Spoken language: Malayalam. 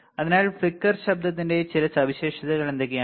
അതിനാൽ ഫ്ലിക്കർ ശബ്ദത്തിന്റെ ചില സവിശേഷതകൾ എന്തൊക്കെയാണ്